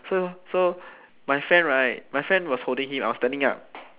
so so my friend right my friend was holding him I was standing up